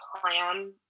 plan